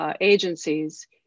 agencies